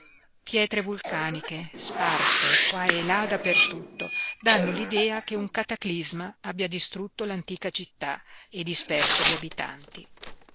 pietre vulcaniche sparse qua e là dappertutto danno l'idea che un cataclisma abbia distrutto l'antica città e disperso gli abitanti